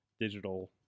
digital